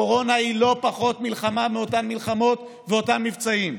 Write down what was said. הקורונה היא לא פחות מלחמה מאותן מלחמות ואותם מבצעים,